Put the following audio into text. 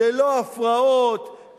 ללא הפרעות,